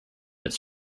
its